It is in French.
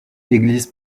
églises